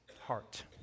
heart